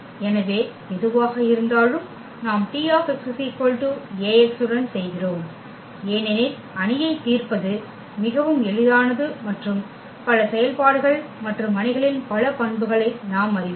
எனவே எதுவாக இருந்தாலும் நாம் T Ax உடன் செய்கிறோம் ஏனெனில் அணியை தீர்ப்பது மிகவும் எளிதானது மற்றும் பல செயல்பாடுகள் மற்றும் அணிகளின் பல பண்புகளை நாம் அறிவோம்